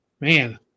man